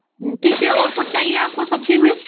ठीक है और कुछ चाहिए आपको सब्जी में